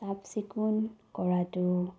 চাফ চিকুণ কৰাটো